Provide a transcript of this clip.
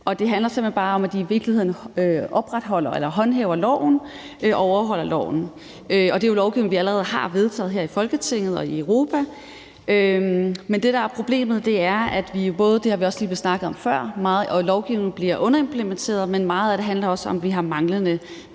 Det handler simpelt hen bare om, at de i virkeligheden håndhæver loven, og at loven overholdes. Det er jo lovgivning, vi allerede har vedtaget her i Folketinget og i Europa, men det, der er problemet, er, og det har vi også lige snakket om før, at lovgivningen bliver underimplementeret, men meget af det handler også om, at vi har manglende